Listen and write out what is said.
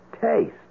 taste